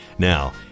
Now